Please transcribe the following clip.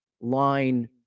line